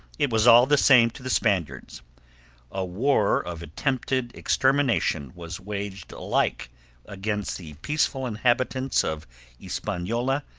it was all the same to the spaniards a war of attempted extermination was waged alike against the peaceful inhabitants of hispaniola,